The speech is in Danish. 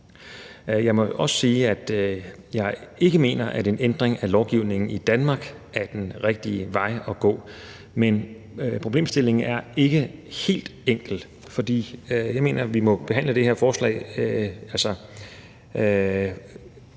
Jeg må også sige, at jeg ikke mener, at en ændring af lovgivningen i Danmark er den rigtige vej at gå. Men problemstillingen er ikke helt enkel, for jeg mener, vi må behandle det her forslag,